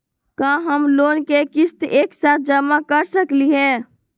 का हम लोन के किस्त एक साथ जमा कर सकली हे?